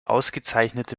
ausgezeichnete